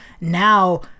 now